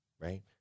right